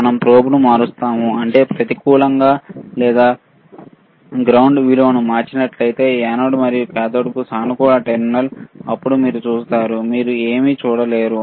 మనం ప్రోబ్ను మారుస్తాము అంటే ప్రతికూలంగా లేదా భూమికి విలువను మార్చినట్లయితే యానోడ్ మరియు కాథోడ్కు సానుకూల టెర్మినల్ అప్పుడు మీరు చూస్తారు మీరు ఏమీ చూడలేరు